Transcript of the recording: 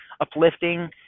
uplifting